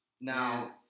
Now